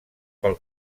pel